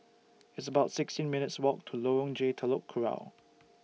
It's about sixteen minutes' Walk to Lorong J Telok Kurau